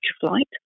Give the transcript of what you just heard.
Flight